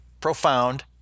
Profound